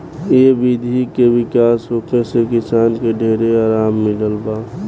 ए विधि के विकास होखे से किसान के ढेर आराम मिलल बा